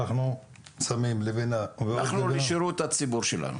אנחנו שמים לבנה --- אנחנו לשירות הציבור שלנו.